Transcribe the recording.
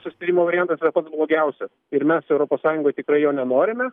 susitarimo variantas yra pats blogiausias ir mes europos sąjungoj tikrai jo nenorime